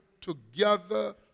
together